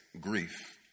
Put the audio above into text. grief